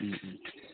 ꯎꯝ ꯎꯝ